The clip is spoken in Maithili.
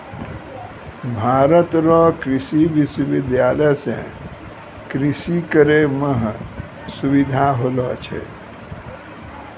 भारत रो कृषि विश्वबिद्यालय से कृषि करै मह सुबिधा होलो छै